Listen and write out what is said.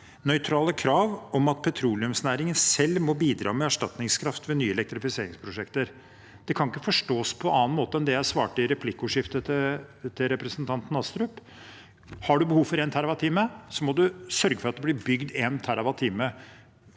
krav om at petroleumsnæringen selv må bidra med erstatningskraft ved nye elektrifiseringsprosjekter.» Det kan ikke forstås på annen måte enn det jeg har svart representanten Astrup: Har du behov for en terrawattime, må du sørge for at det blir bygd en terrawattime